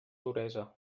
duresa